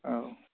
औ